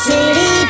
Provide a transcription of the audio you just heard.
City